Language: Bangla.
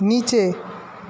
নিচে